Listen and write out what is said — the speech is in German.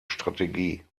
strategie